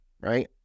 right